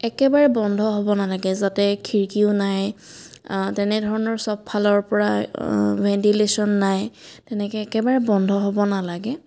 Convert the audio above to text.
একেবাৰে বন্ধ হ'ব নালাগে যাতে খিৰিকীও নাই তেনে ধৰণৰ সব ফালৰ পৰা ভেণ্টিলেশ্যন নাই তেনেকৈ একেবাৰে বন্ধ হ'ব নালাগে